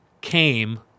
came